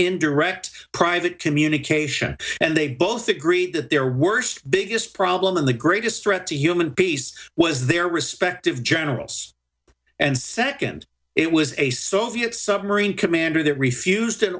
in direct private communication and they both agreed that their worst biggest problem and the greatest threat to human peace was their respective generals and second it was a soviet submarine commander that refused